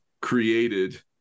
created